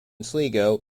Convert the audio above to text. sligo